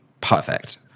perfect